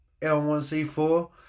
L1C4